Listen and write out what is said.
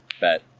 Bet